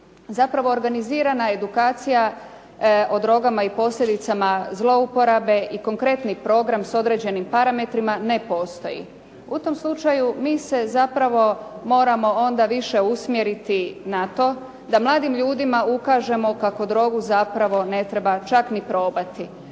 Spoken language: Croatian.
Zapravo organizirana edukacija o drogama i posljedicama zlouporabe i konkretni program s određenim parametrima ne postoji. U tom slučaju mi se zapravo moramo onda više usmjeriti na to da mladim ljudima ukažemo kako drogu zapravo ne treba čak ni probati.